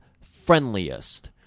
friendliest